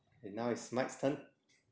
and now it's mike's turn